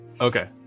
Okay